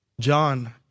John